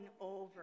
over